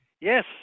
Yes